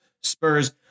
Spurs